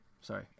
Sorry